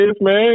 man